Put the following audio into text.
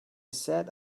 said